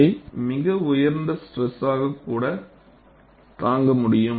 அவை மிக உயர்ந்த ஸ்ட்ரெஸ்களைக் கூட தாங்க முடியும்